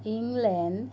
England